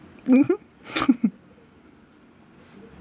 mmhmm